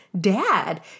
dad